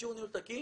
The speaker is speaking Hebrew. אישור ניהול תקין,